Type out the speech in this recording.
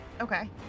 Okay